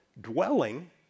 dwelling